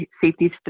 safety